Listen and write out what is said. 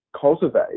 cultivate